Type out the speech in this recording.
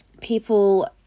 people